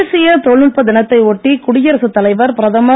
தேசிய தொழில்நுட்ப தினத்தை ஒட்டி குடியரசுத் தலைவர் பிரதமர்